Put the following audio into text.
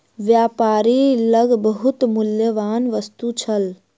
व्यापारी लग बहुत मूल्यवान वस्तु छल